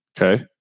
Okay